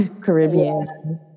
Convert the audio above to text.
Caribbean